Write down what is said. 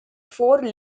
four